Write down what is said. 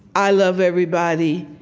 i love everybody.